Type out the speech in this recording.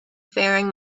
faring